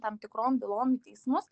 tam tikrom bylom į teismus